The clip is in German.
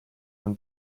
von